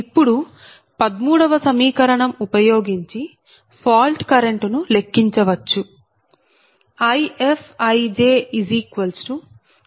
ఇప్పుడు 13 వ సమీకరణం ఉపయోగించి ఫాల్ట్ కరెంట్ ను లెక్కించవచ్చు IfijyijVif Vjf